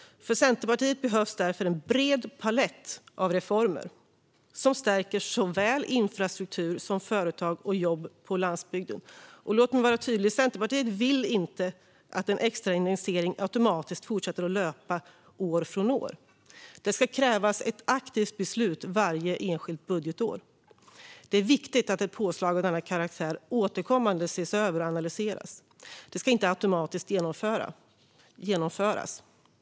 För Centerpartiet behövs därför en bred palett av reformer som stärker såväl infrastruktur som företag och jobb på landsbygden. Låt mig vara tydlig: Centerpartiet vill inte att en extra indexering automatiskt fortsätter att löpa från år till år. Det ska krävas ett aktivt beslut varje enskilt budgetår. Det är viktigt att ett påslag av denna karaktär återkommande ses över och analyseras. Det ska inte automatiskt genomföras.